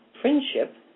friendship